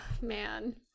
man